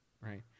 right